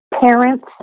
parents